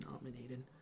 nominated